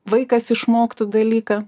vaikas išmoktų dalyką